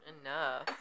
enough